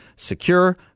Secure